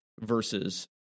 versus